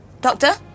Doctor